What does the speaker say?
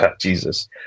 Jesus